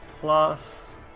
Plus